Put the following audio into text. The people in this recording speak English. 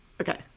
Okay